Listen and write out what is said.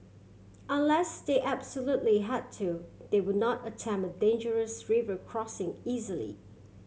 unless they absolutely had to they would not attempt dangerous river crossing easily